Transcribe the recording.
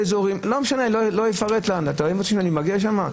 אתם כן מגיעים.